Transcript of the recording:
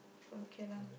okay lah